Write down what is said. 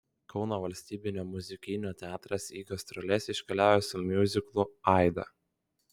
kauno valstybinio muzikinio teatras į gastroles iškeliauja su miuziklu aida